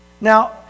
Now